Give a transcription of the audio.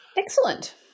Excellent